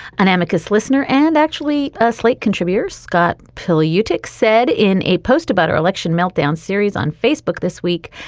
an amicus listener and actually a slate contributor, scott pelley youtake said in a post about her election meltdown series on facebook this week.